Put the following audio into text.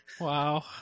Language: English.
Wow